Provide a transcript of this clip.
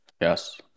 Yes